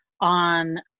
on